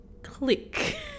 Click